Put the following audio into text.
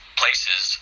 places